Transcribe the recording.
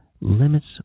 limits